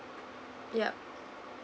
yup